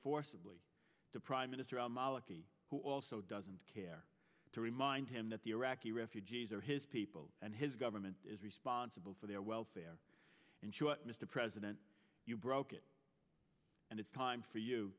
forcibly to prime minister al maliki who also doesn't care to remind him that the iraqi refugees are his people and his government is responsible for their welfare and mr president you broke it and it's time for you